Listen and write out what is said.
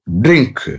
drink